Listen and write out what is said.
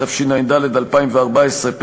התשע"ד 2014,